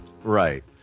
Right